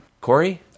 Corey